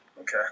Okay